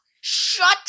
Shut